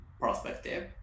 perspective